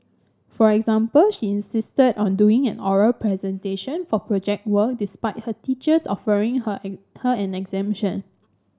for example she insisted on doing an oral presentation for Project Work despite her teachers offering her her an exemption